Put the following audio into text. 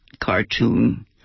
cartoon